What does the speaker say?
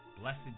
Blessed